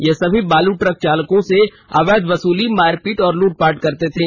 ये सभी बालू ट्रक चालकों से अवैध वसूली मारपीट और लूटपाट करते थे